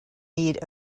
need